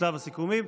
בשלב הסיכומים.